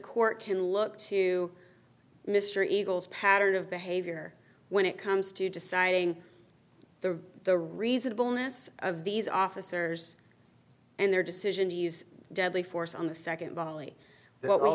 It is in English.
court can look to mr eagle's pattern of behavior when it comes to deciding the the reasonableness of these officers and their decision to use deadly force on the second volley